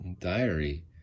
diary